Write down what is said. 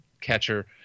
catcher